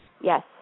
Yes